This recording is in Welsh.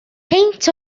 peint